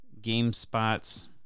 GameSpot's